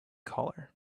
collar